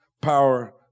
power